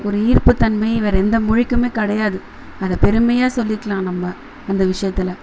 ஒரு ஈர்ப்புத்தன்மை வேற எந்த மொழிக்குமே கிடையாது அதை பெருமையாக சொல்லிக்கலாம் நம்ம அந்த விஷயத்துல